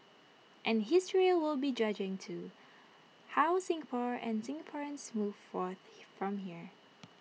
and history will be judging too how Singapore and Singaporeans move forth from here